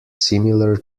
similar